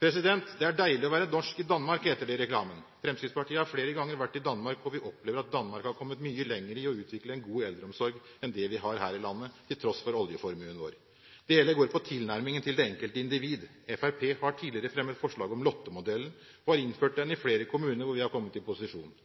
Det er deilig å være norsk i Danmark, heter det i reklamen. Fremskrittspartiet har vært flere ganger i Danmark, og vi opplever at Danmark har kommet mye lenger i å utvikle en god eldreomsorg enn det vi har her i landet, til tross for oljeformuen vår. Det hele går på tilnærmingen til det enkelte individ. Fremskrittspartiet har tidligere fremmet forslag om Lotte-modellen, og har innført den i flere kommuner hvor vi har kommet i posisjon.